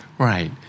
Right